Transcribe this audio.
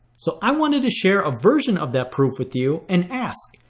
so i wanted to share a version of that proof with you and ask.